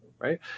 Right